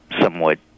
somewhat